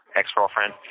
ex-girlfriend